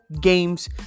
games